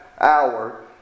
hour